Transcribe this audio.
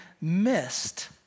missed